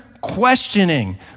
questioning